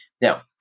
Now